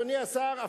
אדוני השר,